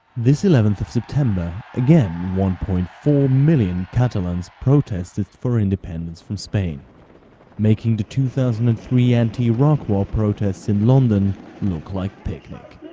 this eleven september again one point four million catalans protested for independence from spain making the two thousand and three anti-iraq war protests in london look like picnic.